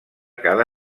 cada